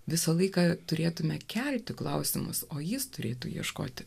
visą laiką turėtumėme kelti klausimus o jis turėtų ieškoti